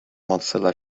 mozilla